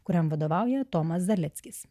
kuriam vadovauja tomas zaleckis